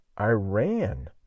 Iran